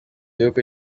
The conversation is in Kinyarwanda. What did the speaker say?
y’uko